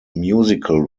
musical